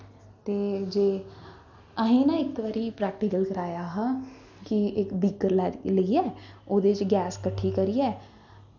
ते जे असें गी ना इक बारी प्रैक्टीकल कराया हा कि इक वीकर गी लेइयै ओह्दे च गैस कट्ठी करियै